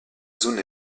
zone